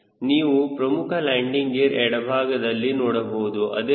ನೀವು ಪ್ರಮುಖ landing gear ಎಡಭಾಗದಲ್ಲಿ ನೋಡಬಹುದು